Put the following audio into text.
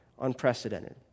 unprecedented